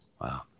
Wow